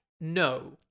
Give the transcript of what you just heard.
no